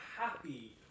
happy